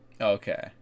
Okay